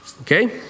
Okay